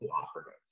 cooperative